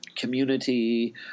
community